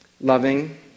Loving